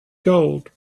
gold